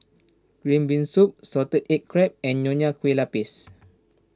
Green Bean Soup Salted Egg Crab and Nonya Kueh Lapis